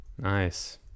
nice